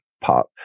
Pop